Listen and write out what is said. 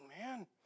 man